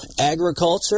agriculture